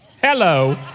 Hello